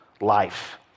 life